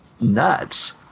nuts